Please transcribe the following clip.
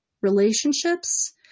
relationships